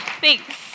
Thanks